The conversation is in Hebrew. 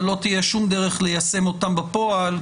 אבל לא תהיה שום דרך ליישם אותם בפועל,